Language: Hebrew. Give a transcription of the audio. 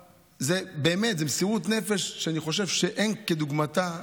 באמת זו מסירות נפש שאני חושב שאין כדוגמתה,